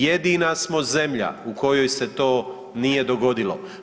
Jedina smo zemlja u kojoj se to nije dogodilo.